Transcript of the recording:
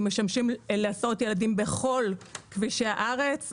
שמשמשים להסעות ילדים בכל כבישי הארץ.